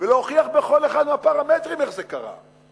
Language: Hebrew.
ולהוכיח בכל אחד מהפרמטרים איך זה קרה.